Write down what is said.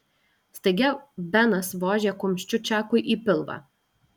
staiga benas vožė kumščiu čakui į pilvą